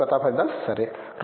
professor Pratap Haridas సరే